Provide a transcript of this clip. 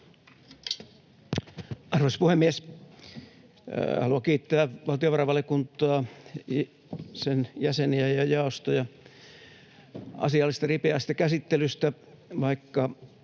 Arvoisa puhemies! Haluan kiittää valtiovarainvaliokuntaa, sen jäseniä ja jaostoja, asiallisesta ja ripeästä käsittelystä, vaikka